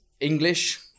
English